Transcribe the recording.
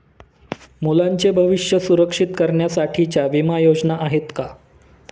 मुलांचे भविष्य सुरक्षित करण्यासाठीच्या विमा योजना आहेत का?